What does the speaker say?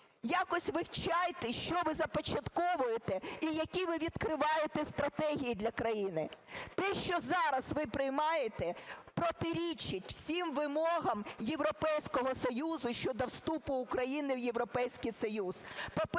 якось вивчайте, що ви започатковуєте і які ви відкриваєте стратегії для країни. Те, що зараз ви приймаєте, протирічить всім вимогам Європейського Союзу щодо вступу України в Європейський Союз.